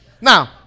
Now